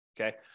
okay